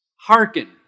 Hearken